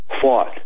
fought